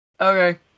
Okay